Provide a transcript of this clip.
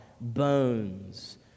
bones